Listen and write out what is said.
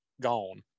gone